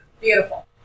Beautiful